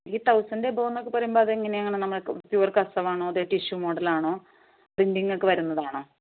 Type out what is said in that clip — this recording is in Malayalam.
ഈ തൗസൻഡ് എബോവ് എന്നൊക്കെ പറയുമ്പോൾ അതെങ്ങനെ ആണ് നമുക്ക് പ്യുവർ കസവാണോ അതോ ടിഷ്യൂ മോഡൽ ആണോ പ്രിൻറിംഗ് ഒക്കെ വരുന്നതാണോ